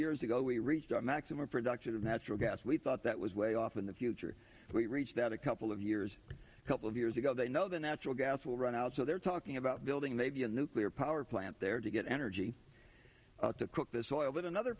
years ago we reached our maximum production of natural gas we thought that was way off in the future but reached out a couple of years couple of years ago they know the natural gas will run out so they're talking about building maybe a nuclear power plant there to get energy to cook this oil that another